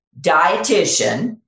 dietitian